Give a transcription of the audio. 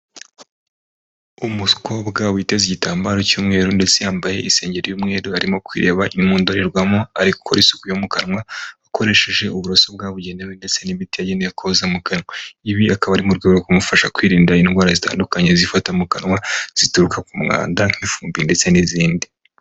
Umukobwa witeze igitambaro cy'umweru ndetse yambaye isengeri y'umweru arimo kwireba mu ndorerwamo arigukora isuku yo kanwa akoresheje uburoso bwabugenewe ndetse n'imiti yagenewe koza mu kanwa, ibi akaba ari mu rwego rwo kumufasha kwirinda indwara zitandukanye zifata mu kanwa zituruka ku mwanda nk'ifumbi ndetse n'izindi.